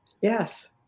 yes